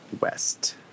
West